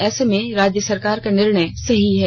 ऐसे में राज्य सरकार का निर्णय सही है